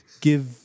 give